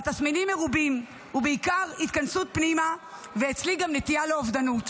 והתסמינים מרובים ובעיקר התכנסות פנימה ואצלי גם נטייה לאובדנות.